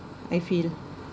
I feel